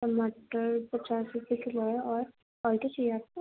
اور مٹر پچاس روپیے کلو ہے اور اور کیا چاہیے آپ کو